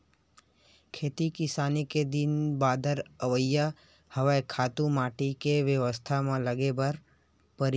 खेती किसानी के दिन बादर अवइया हवय, खातू माटी के बेवस्था म लगे बर परही